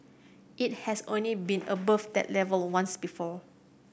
it has only been above that level once before